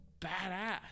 badass